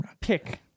pick